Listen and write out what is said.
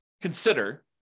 consider